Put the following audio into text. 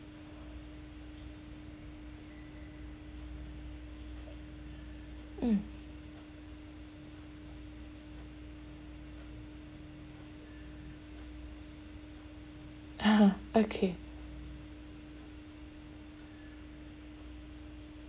mm okay